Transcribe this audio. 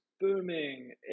booming